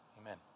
amen